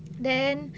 then